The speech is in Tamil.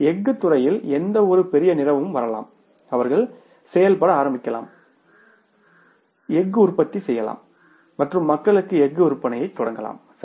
எஃகு துறையில் எந்தவொரு பெரிய நிறுவனமும் வரலாம் அவர்கள் செயல்பட ஆரம்பிக்கலாம் எஃகு உற்பத்தி செய்யலாம் மற்றும் மக்களுக்கு எஃகு விற்பனையைத் தொடங்கலாம் சரி